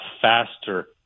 faster